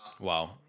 Wow